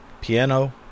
piano